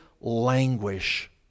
languish